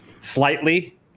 slightly